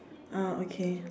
ah okay